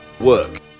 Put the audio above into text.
Work